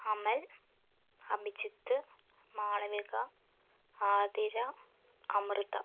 Amal Abhijith Malavika Athira Amrita